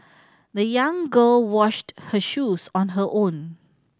the young girl washed her shoes on her own